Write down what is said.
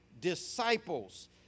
disciples